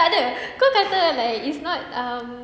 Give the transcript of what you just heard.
tak ada kau kata like it's not um